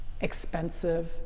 expensive